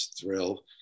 thrill